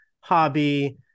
hobby